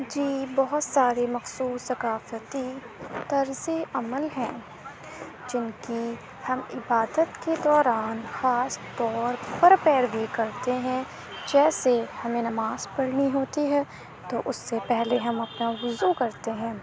جی بہت سارے مخصوص ثقافتی طرزِ عمل ہیں جن کی ہم عبادت کے دوران خاص طور پر پیروی کرتے ہیں جیسے ہمیں نماز پڑھنی ہوتی ہے تو اس سے پہلے ہم اپنا وضو کرتے ہیں